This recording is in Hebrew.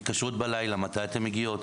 מתקשרות בלילה מתי אתן מגיעות?